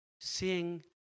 seeing